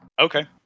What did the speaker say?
Okay